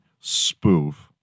spoof